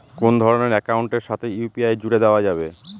কোন ধরণের অ্যাকাউন্টের সাথে ইউ.পি.আই জুড়ে দেওয়া যাবে?